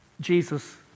Jesus